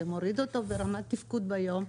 זה מוריד אותו ברמת התפקוד ביומיום,